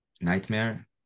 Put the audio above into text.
nightmare